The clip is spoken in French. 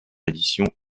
édition